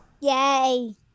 Yay